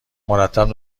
مرتب